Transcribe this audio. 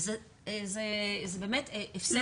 וזה באמת הפסד של כולנו.